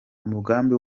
umugambi